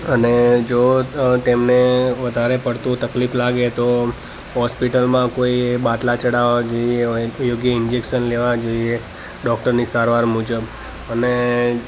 અને જો તેમને વધારે પડતું તકલીફ લાગે તો હૉસ્પિટલમાં કોઈએ બાટલા ચડાવવા જોઈએ યોગ્ય ઈંજેકશન લેવા જોઈએ ડૉક્ટરની સારવાર મુજબ અને